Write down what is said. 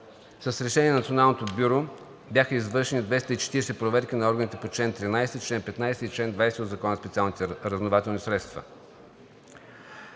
С решение на Националното бюро бяха извършени 240 проверки на органите по чл. 13, чл. 15 и чл. 20 от Закона за специалните разузнавателни средства,